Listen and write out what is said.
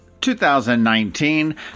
2019